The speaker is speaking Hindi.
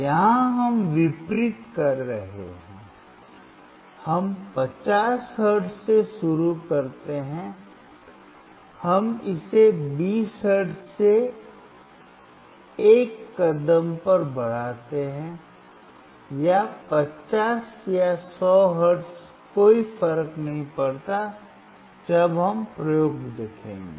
यहां हम विपरीत कर रहे हैं हम 50 हर्ट्ज से शुरू करते हैं हम इसे 20 हर्ट्ज़ के एक कदम पर बढ़ाते हैं या 50 या 100 हर्ट्ज़ कोई फर्क नहीं पड़ता जब हम प्रयोग देखेंगे